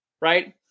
right